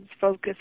focus